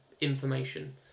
information